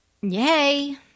Yay